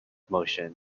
motion